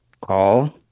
call